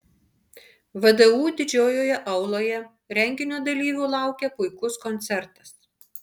vdu didžiojoje auloje renginio dalyvių laukė puikus koncertas